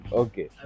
okay